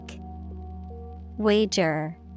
Wager